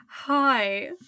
Hi